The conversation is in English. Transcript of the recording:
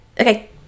Okay